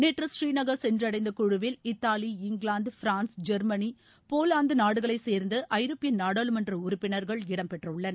நேற்று ஸ்ரீநகர் சென்றடைந்த குழுவில் Italy England France Germany Poland நாடுகளைச்சேர்ந்த ஐரோப்பிய நாடாளுமன்ற உறுப்பினர்கள் இடம்பெற்றுள்ளனர்